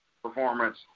performance